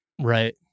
right